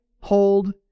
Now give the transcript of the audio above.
hold